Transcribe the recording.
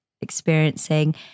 experiencing